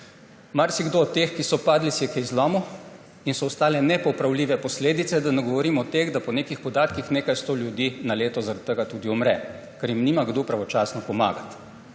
Marsikdo od teh, ki so padli, si je kaj zlomil in so ostale nepopravljive posledice. Da ne govorim o teh, da po nekih podatkih nekaj sto ljudi zaradi tega tudi umre, ker jim nima kdo pravočasno pomagati.